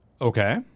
Okay